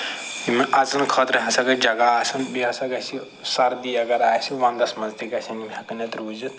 یِمن اَژنہٕ خٲطرٕ ہسا گژھِ جگہ آسُن بیٚیہِ ہسا گژھِ یہِ سردی اَگر آسہِ وَنٛدَس منٛز تہِ گژھَن یِم ہٮ۪کن اَتہِ روٗزِتھ